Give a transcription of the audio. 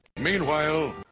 Meanwhile